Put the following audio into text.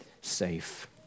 safe